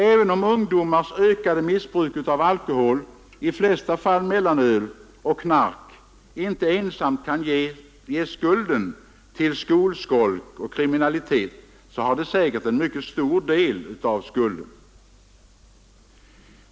Även om ungdomars ökade missbruk av alkohol — i flesta fall mellanöl — och knark inte ensamt kan ges skulden till skolskolk och kriminalitet, så har det säkert en stor del av skulden.